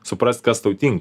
suprast kas tau tinka